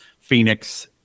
Phoenix